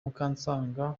mukansanga